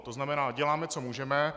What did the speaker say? To znamená, děláme, co můžeme.